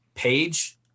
Page